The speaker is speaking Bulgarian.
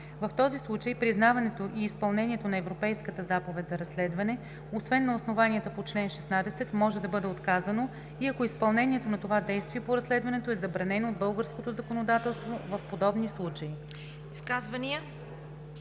В този случай признаването и изпълнението на Европейската заповед за разследване, освен на основанията по чл. 16 може да бъде отказано, и ако изпълнението на това действие по разследването е забранено от българското законодателство в подобни случаи.“